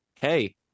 Hey